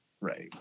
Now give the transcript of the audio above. right